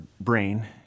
brain